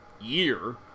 year